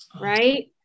right